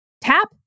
Tap